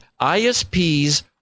isps